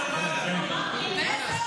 אל תדברי על עליזה בראשי,